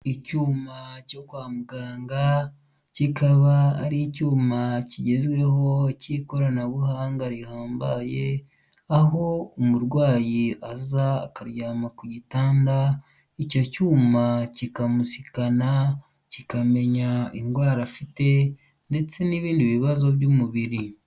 Icyuma cyo kwa muganga, kikaba ari icyuma kigezweho cy'ikoranabuhanga rihambaye, aho umurwayi aza akaryama ku gitanda, icyo cyuma kikamusikana, kikamenya indwara afite ndetse n'ibindi bibazo by'umubiri.